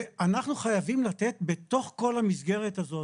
אנחנו חייבים לתת בתוך כל המסגרת הזאת